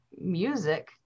music